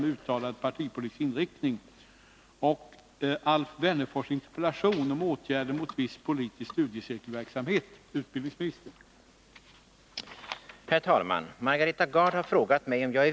Med anledning av detta vill jag ställa följande fråga till statsrådet: Är utbildningsministern villig att medverka till att anställda inte skall ha rätt att under arbetstid delta i studiecirklar med uttalad partipolitisk inriktning och därmed uppbära timstudiestöd?